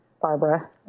Barbara